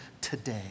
today